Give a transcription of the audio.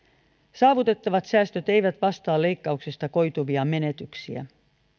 saavutettavat säästöt eivät vastaa leikkauksista koituvia menetyksiä